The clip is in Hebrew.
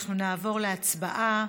אנחנו נעבור להצבעה.